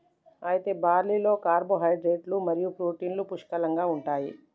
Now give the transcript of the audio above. అయితే బార్లీలో కార్పోహైడ్రేట్లు మరియు ప్రోటీన్లు పుష్కలంగా ఉంటాయి